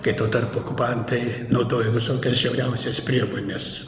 kai tuo tarpu okupantai naudojo visokias žiauriausias priemones